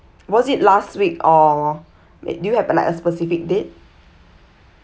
was it last week or m~ you have like a specific date